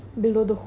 ya